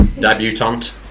debutante